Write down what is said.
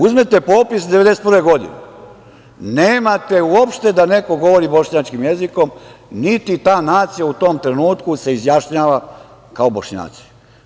Uzmite popis 1991. godine, nemate uopšte da neko govori bošnjačkim jezikom, niti ta nacija u tom trenutku se izjašnjava kao Bošnjaci.